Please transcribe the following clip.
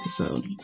episode